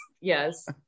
yes